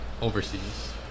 overseas